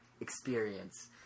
experience